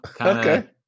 Okay